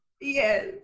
Yes